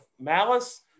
malice